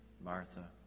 Martha